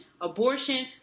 abortion